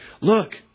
look